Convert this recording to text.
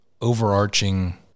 overarching